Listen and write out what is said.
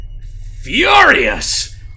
Furious